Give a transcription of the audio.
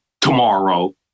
tomorrow